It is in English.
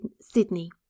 Sydney